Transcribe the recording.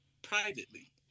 privately